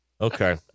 Okay